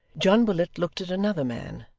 john willet looked at another man,